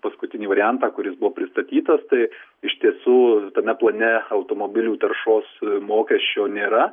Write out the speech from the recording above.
paskutinį variantą kuris buvo pristatytas tai iš tiesų tame plane automobilių taršos mokesčio nėra